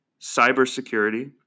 cybersecurity